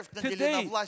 Today